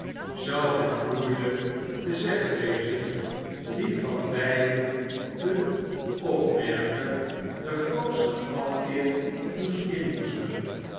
zou het moeielijk te zeggen wezen wie van beide den opmerker den grootsten afkeer moest mboezemen